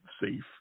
safe